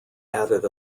added